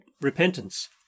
repentance